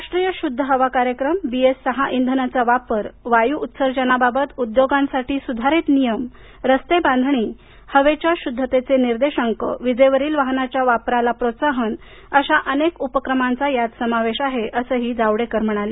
राष्ट्रीय शुद्ध हवा कार्यक्रम बीएस सहा इंधनाचा वापर वायू उत्सर्जना बाबत उद्योगांसाठी सुधारीत नियम रस्ते बांधणी हवेच्या शुद्धतेचे निर्देशांक विजेवरील वाहनाच्या वापराला प्रोत्साहन अशा अनेक उपक्रमांचा यात समावेश आहे असं जावडेकर यांनी सांगितलं